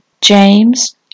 James